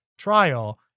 trial